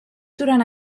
durant